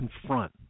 confront